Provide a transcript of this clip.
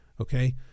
Okay